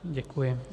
Děkuji.